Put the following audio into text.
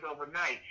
overnight